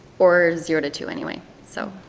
or zero to two anyway. so.